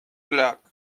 clock